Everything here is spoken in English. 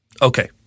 Okay